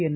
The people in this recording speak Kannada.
ಎನ್